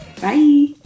Bye